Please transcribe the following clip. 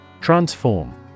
Transform